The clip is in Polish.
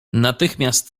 natychmiast